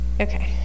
Okay